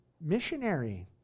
missionary